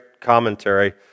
commentary